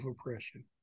oppression